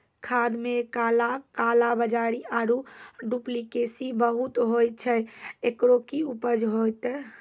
खाद मे काला कालाबाजारी आरु डुप्लीकेसी बहुत होय छैय, एकरो की उपाय होते?